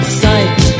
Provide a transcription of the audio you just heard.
sight